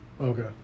Okay